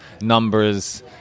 numbers